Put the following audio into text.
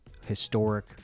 historic